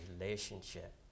relationship